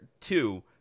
two